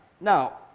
Now